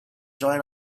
join